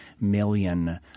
million